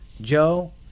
Joe